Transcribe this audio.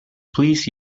please